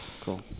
cool